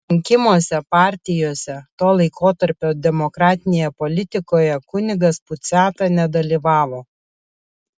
rinkimuose partijose to laikotarpio demokratinėje politikoje kunigas puciata nedalyvavo